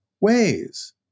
ways